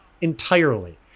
entirely